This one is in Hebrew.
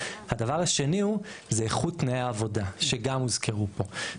הדבר השני הוא זה איכות תנאי העבודה שגם הוזכרו פה,